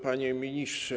Panie Ministrze!